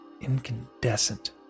incandescent